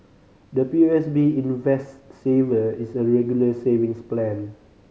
the P O S B Invest Saver is a Regular Savings Plan